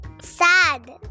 Sad